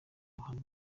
ruhando